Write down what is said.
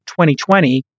2020